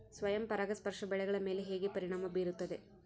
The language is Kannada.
ಸ್ವಯಂ ಪರಾಗಸ್ಪರ್ಶ ಬೆಳೆಗಳ ಮೇಲೆ ಹೇಗೆ ಪರಿಣಾಮ ಬೇರುತ್ತದೆ?